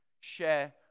share